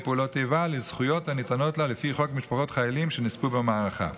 פעולות איבה לזכויות הניתנות לה לפי חוק משפחות חיילים שנספו במערכה.